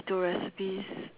do recipes